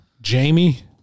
Jamie